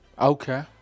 Okay